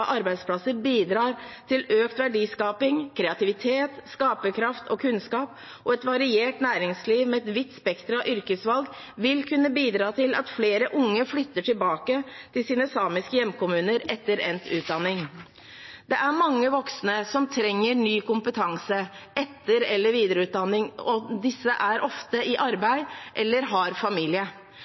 arbeidsplasser bidrar til økt verdiskaping, kreativitet, skaperkraft og kunnskap, og et variert næringsliv med et vidt spekter av yrkesvalg vil kunne bidra til at flere unge flytter tilbake til sine samiske hjemkommuner etter endt utdanning. Det er mange voksne som trenger ny kompetanse, etter- eller videreutdanning, og disse er ofte i arbeid eller har familie.